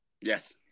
Yes